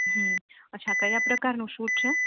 અચ્છા કયા પ્રકારનું સૂટ છે